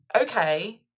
okay